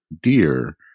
dear